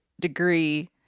degree